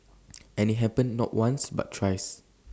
and IT happened not once but thrice